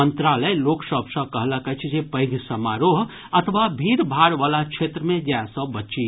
मंत्रालय लोक सभ सँ कहलक अछि जे पैघ समारोह अथवा भीड़ भाड़ वला क्षेत्र मे जाय सँ बची